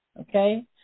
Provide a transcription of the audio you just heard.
okay